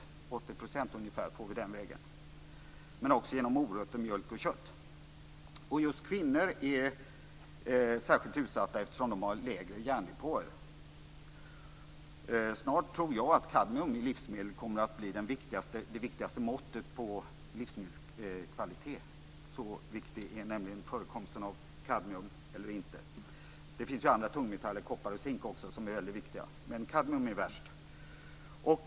Ungefär 80 % av det kadmium som vi får i oss får vi i oss den vägen men vi får också i oss kadmium genom morötter, mjölk och kött. Kvinnor är särskilt utsatta eftersom de har lägre järndepåer. Jag tror att kadmium i livsmedel snart är det viktigaste måttet på livsmedelskvalitet. Så viktig är nämligen förekomsten av kadmium eller inte. Det finns också andra tungmetaller, såsom koppar och zink, som är väldigt viktiga. Kadmium är dock värst.